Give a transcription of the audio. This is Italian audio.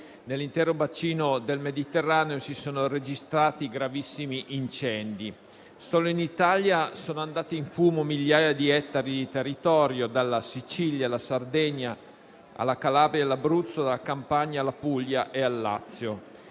Nell'intero bacino del Mediterraneo si sono registrati gravissimi incendi. Solo in Italia sono andati in fumo migliaia di ettari di territorio, dalla Sicilia alla Sardegna, dalla Calabria all'Abruzzo, dalla Campania alla Puglia e al Lazio;